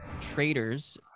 traders